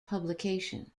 publication